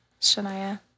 Shania